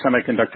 semiconductor